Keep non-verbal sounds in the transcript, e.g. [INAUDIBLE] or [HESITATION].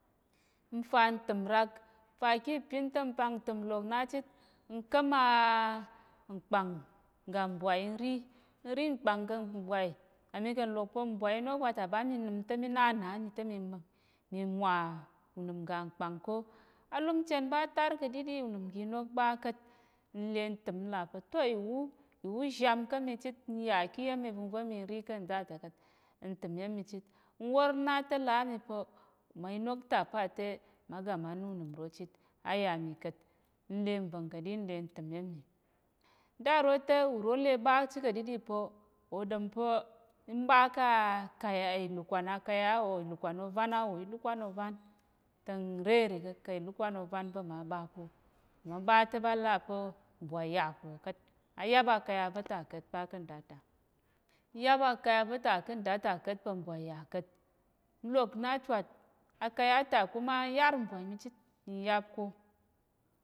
N fa n təm rak, n fa ki ìpin te n pak ntəm nlok na chit n ka̱m [HESITATION] nkpàng ngga mbwai n rí [UNINTELLIGIBLE] mma mi kà̱ nlok pa̱ mbwai inok va ta ɓa mi nəm te mí na nna á mi te mi mwa unəm ga nkpàng ko, alum chen ɓa tar ka̱ ɗiɗi, unəm gi inok ɓa ka̱t, n le n təm n là pa̱ to ìwu, ìwu zham ká̱ mi chit n yà ki iya̱m ivəngva̱ mi rí ká̱ nda ta̱ ka̱t. N təm ya̱m mi chit, n wór na te là á mi pa̱ [UNINTELLIGIBLE] inok ta pa te mma ga ma na ûnəm ro chit, á ya mi ka̱t. N le nva̱ng ka̱ ɗi n le n təm ya̱m mi. N̂da ro te uro le ɓa chit ka̱ ɗiɗi pa̱ ò ɗom pa̱ ḿ ɓa ká̱ [HESITATION] akaya ìlukwan akaya ìlukwan ovan [UNINTELLIGIBLE] á wò te, n ré nre ka̱ ilukwan ovan va̱ ma ɓa ko. Mma ɓa te ɓa là pa̱ mbwai yà ka̱ wò ka̱t, á yáp akaya va̱ ta ka̱t kpa ká̱ nda ta, yáp akaya va̱ ta ká̱ nda ta ka̱t pa̱ mbwai yà ka̱t. N lok na chwat akaya ta kuma n yár mbwai mi chit n yáp ko.